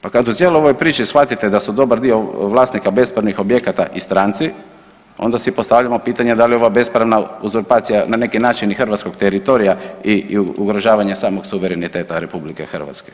Pa kad u cijeloj ovoj priči shvatite da su dobar dio vlasnika bespravnih objekata i stranci, onda si postavljamo pitanje, da li ova bespravna uzurpacija, na neki način i hrvatskog teritorija i ugrožavanja samog suvereniteta RH.